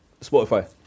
Spotify